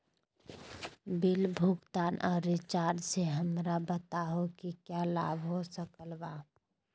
Bill भुगतान और recharge से हमरा बताओ कि क्या लाभ हो सकल बा?